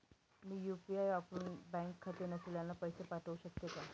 मी UPI वापरुन bank खाते नसलेल्यांना पैसे पाठवू शकते का?